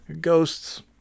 ghosts